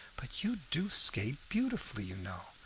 but you do skate beautifully, you know.